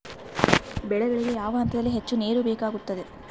ಬೆಳೆಗಳಿಗೆ ಯಾವ ಹಂತದಲ್ಲಿ ಹೆಚ್ಚು ನೇರು ಬೇಕಾಗುತ್ತದೆ?